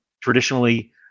Traditionally